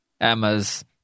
Emma's